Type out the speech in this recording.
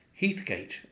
Heathgate